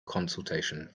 consultation